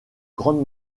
grande